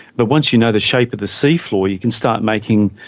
but once you know the shape of the seafloor you can start making,